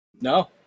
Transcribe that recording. No